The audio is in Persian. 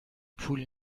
پول